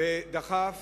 ודחף